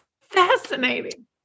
fascinating